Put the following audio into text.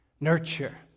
Nurture